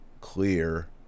clear